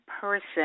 person